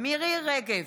מירי מרים רגב,